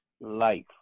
life